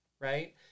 right